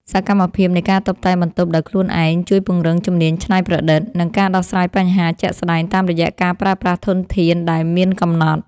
សកម្មភាពនៃការតុបតែងបន្ទប់ដោយខ្លួនឯងជួយពង្រឹងជំនាញច្នៃប្រឌិត និងការដោះស្រាយបញ្ហាជាក់ស្ដែងតាមរយៈការប្រើប្រាស់ធនធានដែលមានកំណត់។